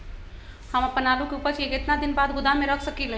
हम अपन आलू के ऊपज के केतना दिन बाद गोदाम में रख सकींले?